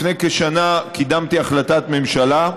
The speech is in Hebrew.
לפני כשנה קידמתי החלטת ממשלה,